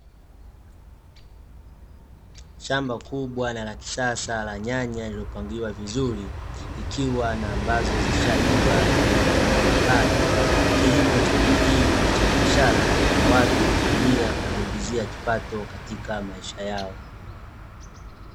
Shamba kubwa na la kisasa la nyanya , lililopangiliwa vizuri, likiwa na ambazo zishaiva na nyingine bado. Kilimo cha aina hii ni cha biashara, na watu hukitumia kujiingizia kipato katika maisha yao.